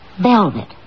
Velvet